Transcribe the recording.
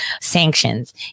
sanctions